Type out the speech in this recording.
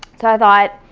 so i thought,